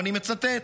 ואני מצטט: